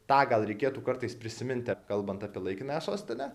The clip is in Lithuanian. tą gal reikėtų kartais prisiminti kalbant apie laikinąją sostinę